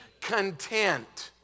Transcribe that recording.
content